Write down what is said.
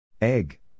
Egg